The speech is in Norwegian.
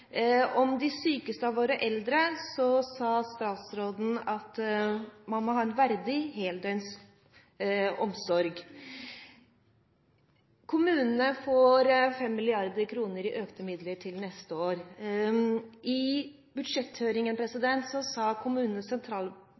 Om de sykeste av våre eldre sa statsråden at man må ha en verdig heldøgns omsorg. Kommunene får 5 mrd. kr i økte midler til neste år. I budsjetthøringen sa Kommunenes